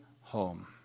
home